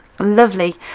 Lovely